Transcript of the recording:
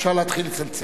אפשר להתחיל לצלצל.